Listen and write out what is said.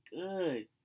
Good